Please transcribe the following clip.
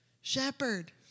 Shepherd